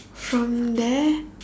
from there